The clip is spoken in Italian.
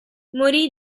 morì